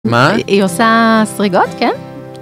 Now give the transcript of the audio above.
מה? היא עושה שריגות, כן?